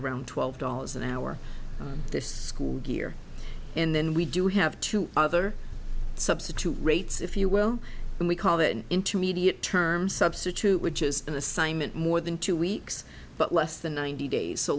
around twelve dollars an hour this year and then we do have two other substitute rates if you will and we call that an intermediate term substitute which is an assignment more than two weeks but less than ninety days so